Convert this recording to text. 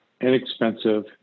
inexpensive